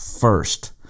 first